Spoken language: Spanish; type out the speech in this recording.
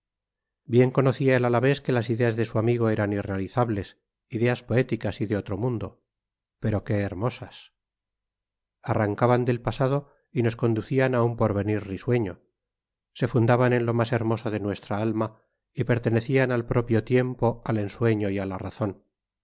bien conocía el alavés que las ideas de su amigo eran irrealizables ideas poéticas y de otro mundo pero qué hermosas arrancaban del pasado y nos conducían a un porvenir risueño se fundaban en lo más hermoso de nuestra alma y pertenecían al propio tiempo al ensueño y a la razón